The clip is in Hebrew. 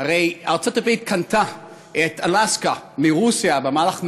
הרי ארצות-הברית קנתה את אלסקה מרוסיה במאה ה-19,